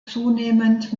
zunehmend